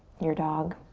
your dog.